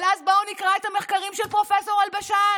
אבל אז בואו נקרא את המחקרים של פרופ' אלבשן,